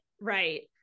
right